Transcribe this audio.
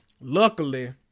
Luckily